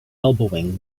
elbowing